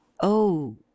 Oh